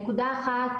נקודה אחת,